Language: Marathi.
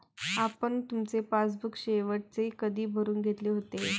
आपण तुमचे पासबुक शेवटचे कधी भरून घेतले होते?